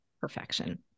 perfection